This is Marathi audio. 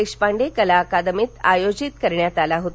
देशपांडे कला अकादमीत आयोजित करण्यात आला होता